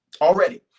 already